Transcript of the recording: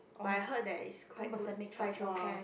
but I heard that it's quite good Choicho Care